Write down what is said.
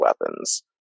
weapons